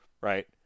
right